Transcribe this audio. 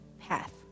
path